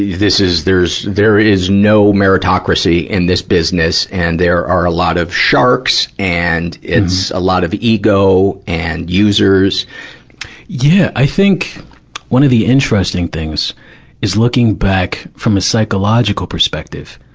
this is, there, there is no meritocracy in this business. and there are a lot of sharks. and it's a lot of ego and users yeah. i think one of the interesting things is, looking back from a psychological perspective,